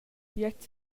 gliez